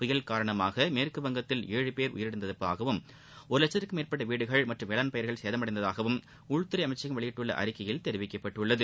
புயல் காரணமாக மேற்குவங்கத்தில் ஏழு பேர் உயிரிழந்ததாகவும் ஒரு வட்சத்திற்கும் மேற்பட்ட வீடுகள் மற்றும் வேளாண் பயிர்கள் சேதமடைந்ததாகவும் உள்துறை அமைச்சகம் வெளியிட்டுள்ள அறிக்கையில் தெரிவிக்கப்பட்டுள்ளது